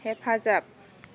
हेफाजाब